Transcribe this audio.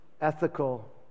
ethical